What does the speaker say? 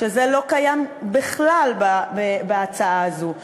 שזה לא קיים בכלל בהצעה הזאת,